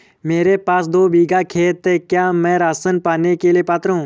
मेरे पास दो बीघा खेत है क्या मैं राशन पाने के लिए पात्र हूँ?